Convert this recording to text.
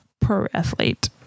pro-athlete